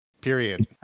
Period